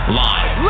live